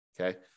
okay